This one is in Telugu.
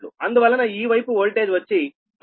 అందువలన ఈ వైపు వోల్టేజ్ వచ్చి 12120115